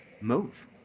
move